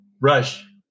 Rush